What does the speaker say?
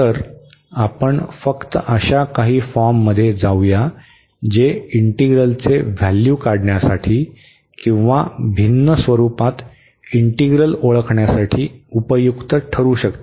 तर आपण फक्त अशा काही फॉर्ममध्ये जाऊया जे इंटीग्रलचे व्हॅल्यू काढण्यासाठी किंवा भिन्न स्वरूपात इंटीग्रल ओळखण्यासाठी उपयुक्त ठरू शकतील